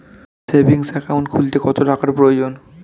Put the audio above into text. Savings account খুলতে কত টাকার প্রয়োজন?